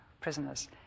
prisoners